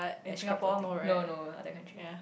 ya she quite poor thing no no other country